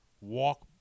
walk